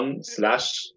slash